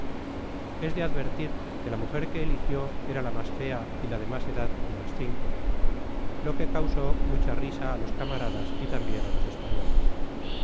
es de advertir que la mujer que eligió era la mas fea y la de mas edad de las cinco lo que causó mucha risa á ios camaradas y tambien á ios españoles